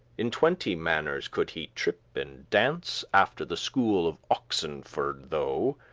in twenty manners could he trip and dance, after the school of oxenforde tho,